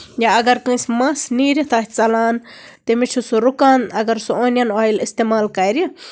یا اَگر کٲنسہِ مَس نیٖرِتھ آسہِ ژَلان تٔمِس چھُ سُہ رُکان اَگر سُہ اونیَن اویِل اِستعمال کَرِ